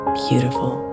beautiful